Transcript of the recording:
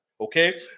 Okay